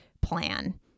plan